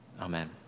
Amen